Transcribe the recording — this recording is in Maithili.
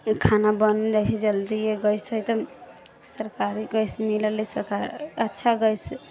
खाना बनि जाइ छै जल्दिए गैस हइ तऽ सरकारी गैस मिलल हइ तऽ सरकार अच्छा गैस